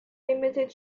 limited